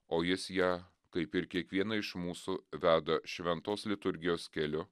o jis ją kaip ir kiekvieną iš mūsų veda šventos liturgijos keliu